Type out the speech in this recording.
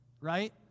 right